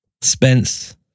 Spence